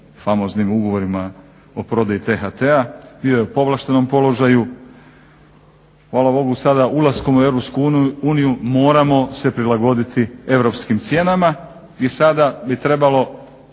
ugovorima o prodaji THT-a, bio je u povlaštenom položaju. Hvala bogu sada ulaskom u EU moramo se prilagoditi europskim cijenama i sada bi trebalo